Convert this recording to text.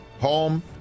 Home